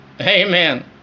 Amen